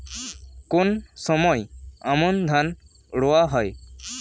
কোন সময় আমন ধান রোয়া হয়?